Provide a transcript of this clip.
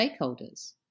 stakeholders